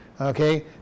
okay